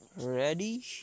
Ready